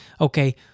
okay